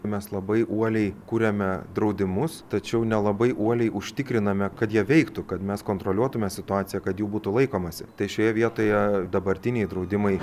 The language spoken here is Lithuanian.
mes labai uoliai kuriame draudimus tačiau nelabai uoliai užtikriname kad jie veiktų kad mes kontroliuotume situaciją kad jų būtų laikomasi tai šioje vietoje dabartiniai draudimai